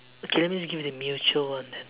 okay let me just give you the mutual one then